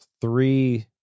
three